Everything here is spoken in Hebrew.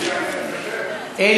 ערבים.